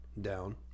down